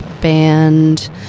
band